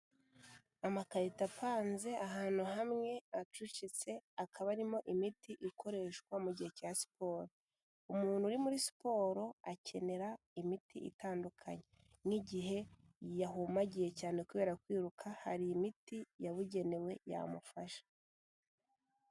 Amakarito apanze ahantu hamwe acucitse, akaba arimo imiti ikoreshwa mu gihe cya siporo. Umuntu uri muri siporo akenera imiti itandukanye nk'igihe yahumagiye cyane kubera kwiruka, hari imiti yabugenewe yamufasha.